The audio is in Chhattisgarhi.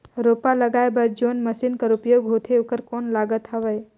रोपा लगाय बर जोन मशीन कर उपयोग होथे ओकर कौन लागत हवय?